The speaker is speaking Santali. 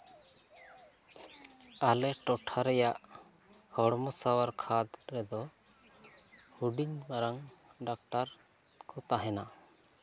ᱟᱞᱮ ᱴᱚᱴᱷᱟ ᱨᱮᱭᱟᱜ ᱦᱚᱲᱢᱚ ᱥᱟᱶᱟᱨ ᱠᱷᱟᱫ ᱨᱮᱫᱚ ᱦᱩᱰᱤᱧ ᱢᱟᱨᱟᱝ ᱰᱟᱠᱴᱟᱨ ᱠᱚ ᱛᱟᱦᱮᱱᱟ